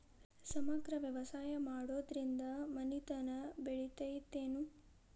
ಸಮಗ್ರ ವ್ಯವಸಾಯ ಮಾಡುದ್ರಿಂದ ಮನಿತನ ಬೇಳಿತೈತೇನು?